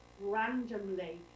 randomly